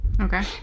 Okay